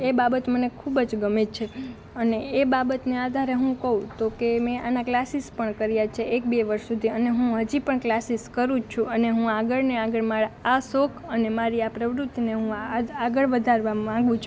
એ બાબત મને ખૂબ જ ગમે છે અને એ બાબતને આધારે હું કહું તો કે મેં આના ક્લાસીસ પણ કર્યાં છે એક બે વર્ષ સુધી અને હું હજી પણ ક્લાસીસ કરું જ છું અને હું આગળને આગળ મારા આ શોખ અને મારી આ પ્રવૃત્તિને હું આગળ વધારવા માગું છું